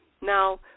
Now